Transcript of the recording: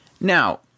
Now